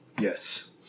Yes